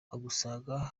ugasanga